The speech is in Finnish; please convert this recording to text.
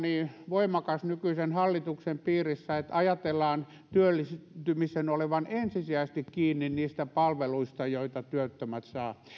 voimakas nykyisen hallituksen piirissä että ajatellaan työllistymisen olevan ensisijaisesti kiinni niistä palveluista joita työttömät saavat